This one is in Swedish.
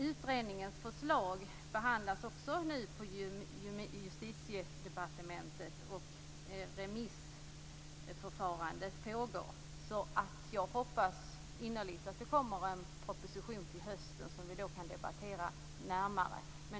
Utredningens förslag behandlas också på Justitiedepartementet. Remissförfarandet pågår. Jag hoppas innerligt att det läggs fram en proposition till hösten, som vi då kan debattera närmare.